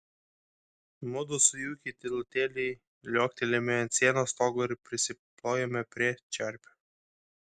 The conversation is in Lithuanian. mudu su juki tylutėliai liuoktelėjome ant sienos stogo ir prisiplojome prie čerpių